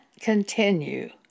continue